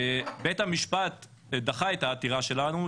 בית המשפט דחה את העתירה שלנו,